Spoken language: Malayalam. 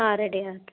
ആ റെഡിയാണ് ഓക്കെ